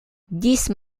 dix